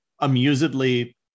amusedly